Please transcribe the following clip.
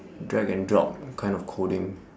drag and drop kind of coding